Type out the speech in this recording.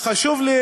חברים,